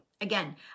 Again